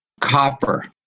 copper